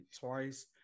twice